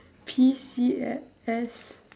P_C_S